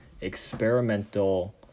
experimental